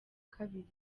kabiri